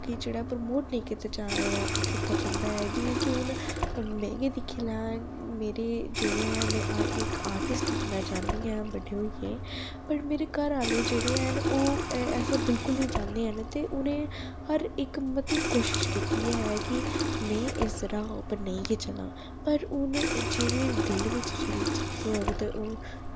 अग्गें जेह्ड़ा प्रमोट नेई कीता जा दा कीता जंदा ऐ जि'यां कि हून मिगी दिक्खी लैन मेरे जेह्ड़े हैन में इक आर्टिस्ट बनना चाह्न्नी आं बड्डे होइयै पर मेरे घर आह्ले जेह्ड़े हैन ओह् ऐसा बिल्कुल नेईं चांह्दे हैन ते उ'नें हर इक मती कोशश कीती ऐ कि में इस राह् उप्पर नेईं गै चलां पर हून जेह्ड़े दिल बिच जेह्ड़ी चीज होग ते ओह्